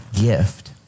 gift